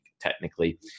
technically